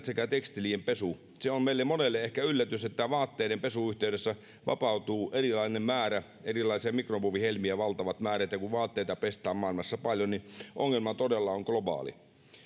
sekä tekstiilien pesusta se on meille monille ehkä yllätys että vaatteiden pesun yhteydessä vapautuu erilaisia mikromuovihelmiä valtavat määrät ja kun vaatteita pestään maailmassa paljon niin ongelma todella on globaali